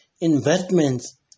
investments